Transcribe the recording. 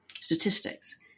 statistics